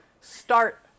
start